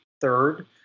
third